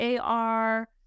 AR